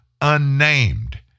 unnamed